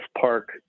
park